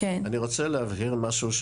אני רוצה להבהיר משהו,